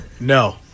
No